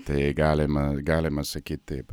tai galima galima sakyt taip